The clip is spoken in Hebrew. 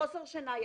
חוסר שינה,